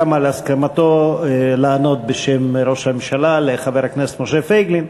גם על הסכמתו לענות בשם ראש הממשלה לחבר הכנסת משה פייגלין.